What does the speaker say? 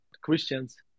Christians